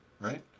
right